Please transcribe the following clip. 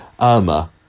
Irma